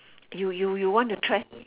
you you you want to try